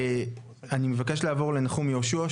אני מבקש לעבור לנחום יהושוע,